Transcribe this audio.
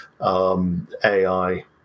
AI